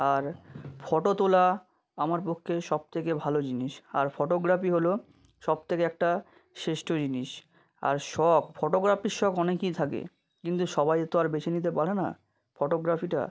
আর photo তোলা আমার পক্ষে সব থেকে ভালো জিনিস আর ফটোগ্রাফি হলো সব থেকে একটা শ্রেষ্ঠ জিনিস আর শখ ফটোগ্রাফির শখ অনেকই থাকে কিন্তু সবাই তো আর বেছে নিতে পারে না ফটোগ্রাফিটা